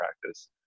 practice